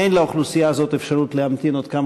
אין לאוכלוסייה הזאת אפשרות להמתין עוד כמה